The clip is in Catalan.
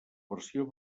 versió